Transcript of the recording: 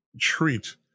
treat